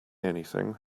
anything